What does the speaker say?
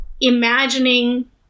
imagining